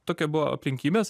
tokia buvo aplinkybės